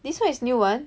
this [one] is new [one]